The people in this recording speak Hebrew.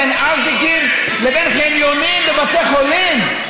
בין ארטיקים לבין חניונים בבתי חולים?